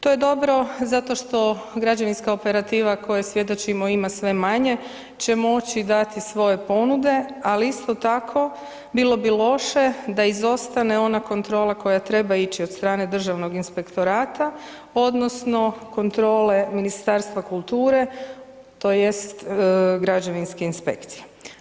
To je dobro zato što građevinska operativa, koja svjedočimo ima sve manje, će moći dati svoje ponude, ali isto tako bilo bi loše da izostane ona kontrola koja treba ići od strane državnog inspektorata odnosno kontrole Ministarstva kulture tj. građevinskih inspekcija.